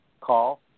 call